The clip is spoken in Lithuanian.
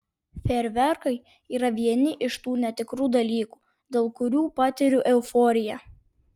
fejerverkai yra vieni iš tų netikrų dalykų dėl kurių patiriu euforiją